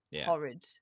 horrid